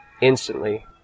instantly